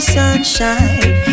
sunshine